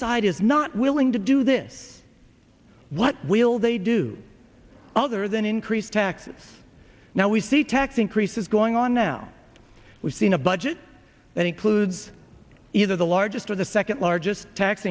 side is not willing to do this what will they do other than increase taxes now we see tax increases going on now we've seen a budget that includes either the largest or the second largest tax